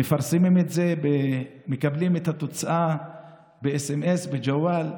מפרסמים את זה ומקבלים את התוצאה בסמ"ס, בג'וואל.